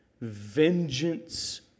vengeance